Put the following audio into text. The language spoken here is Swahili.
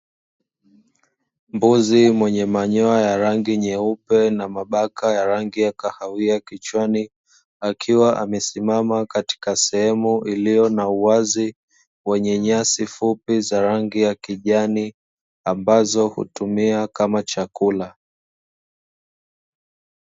Mbuzi mwenye manyoya ya rangi nyeupe mabaka ya rangi ya kahawia kichwani, akiwa amesimama katika sehemu iliyo na uwazi wenye nyasi fupi za rangi ya kijani, ambazo hutumia kama chakula.